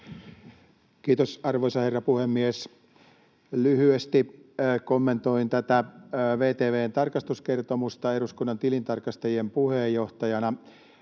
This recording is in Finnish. Kiitos, arvoisa herra puhemies! Lyhyesti kommentoin tätä VTV:n tarkastuskertomusta eduskunnan tilintarkastajien puheenjohtajana.